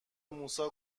موسی